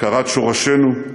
הכרת שורשינו,